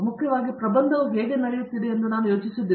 ಮುಖ್ಯವಾಗಿ ಪ್ರಬಂಧವು ಹೇಗೆ ನಡೆಯುತ್ತಿದೆ ಎಂದು ನಾವು ಯೋಚಿಸುವುದಿಲ್ಲ